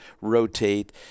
rotate